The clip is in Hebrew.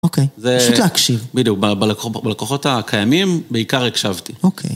אוקיי, פשוט להקשיב. בדיוק, בלקוחות הקיימים, בעיקר הקשבתי. אוקיי.